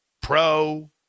pro